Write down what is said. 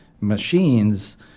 machines